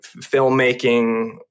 filmmaking